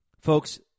Folks